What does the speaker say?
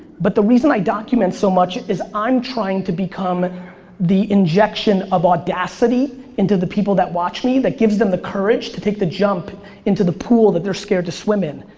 but the reason i document so much, is that i'm trying to become the injection of audacity into the people that watch me, that gives them the courage to take the jump into the pool that they're scared to swim in.